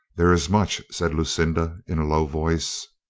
there is much, said lucinda in a low voice.